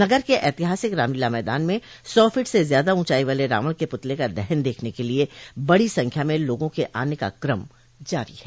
नगर के ऐतिहासिक रामलीला मैदान में सौ फीट से ज्यादा ऊँचाई वाले रावण के पुतले का दहन देखने के लिए बड़ी संख्या में लोगों के आने का क्रम शुरू हो गया है